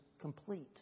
complete